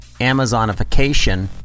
Amazonification